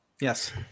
Yes